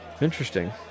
interesting